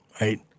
right